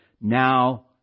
Now